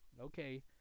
Okay